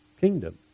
kingdom